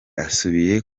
asubiye